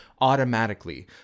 automatically